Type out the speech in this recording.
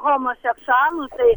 homoseksualų tai